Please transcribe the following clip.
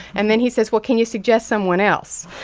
and then he says, well, can you suggest someone else?